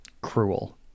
Cruel